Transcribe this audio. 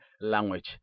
language